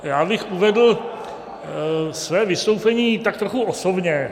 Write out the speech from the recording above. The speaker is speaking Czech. Já bych uvedl své vystoupení tak trochu osobně.